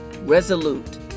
resolute